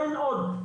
אין עוד.